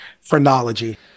Phrenology